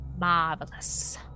Marvelous